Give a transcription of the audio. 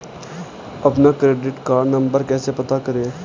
अपना credit card number कैसे पता करें?